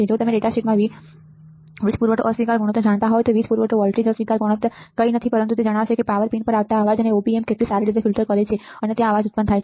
જો તમે ડેટાશીટમાં વી વીજ પૂરવઠો અસ્વીકાર ગુણોત્તર જાણતા હોવ તો વીજ પૂરવઠો વોલ્ટેજ અસ્વીકાર ગુણોત્તર કંઈ નથી પરંતુ તે જણાવશે કે પાવર પિન પર આવતા અવાજને op amp કેટલી સારી રીતે ફિલ્ટર કરે છે ત્યાં અવાજ ઉત્પન્ન થાય છે